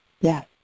Yes